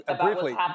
Briefly